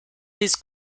his